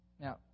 Now